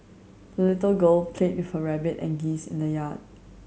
the little girl played her rabbit and geese in the yard